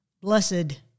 Blessed